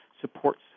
supports